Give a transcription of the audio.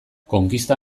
konkista